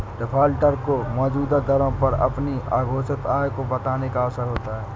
defaulter को मौजूदा दरों पर अपनी अघोषित आय को बताने का अवसर होता है